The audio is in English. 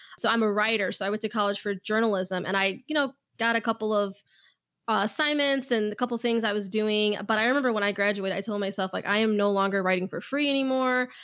so i'm a writer, so i went to college for journalism and i, you know, got a couple of assignments and a couple of things i was doing. but i remember when i graduated, i told myself like, i am no longer writing for free anymore.